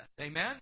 Amen